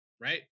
right